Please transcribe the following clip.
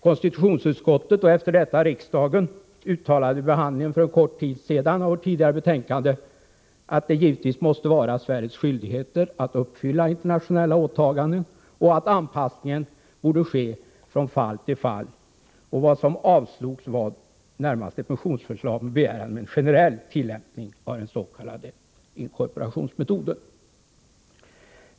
Konstitutionsutskottet och efter detta riksdagen uttalade vid behandlingen för en kort tid sedan av vårt tidigare betänkande, att det givetvis måste vara Sveriges skyldighet att uppfylla internationella åtaganden och att anpassningen borde ske från fall till fall. Vad som avslogs var ett motionsförslag med begäran om en generell tillämpning av den s.k. inkorporationsmetoden.